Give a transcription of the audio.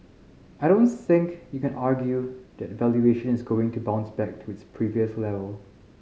I don't think you can argue that valuation is going to bounce back to its previous level